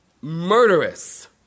murderous